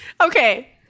Okay